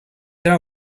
there